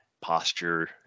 posture